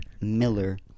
Miller